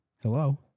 hello